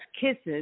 kisses